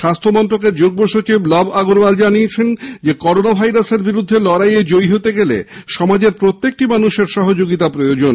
স্বাস্থ্য মন্ত্রকের যুগ্ম সচিব লব আগরওয়াল জানিয়েছেন যে করোনা ভাইরাসের বিরুদ্ধে লড়াই এ জয়ী হতে গেলে সমাজের প্রত্যেকটি মানুষের সহযোগিতার প্রয়োজন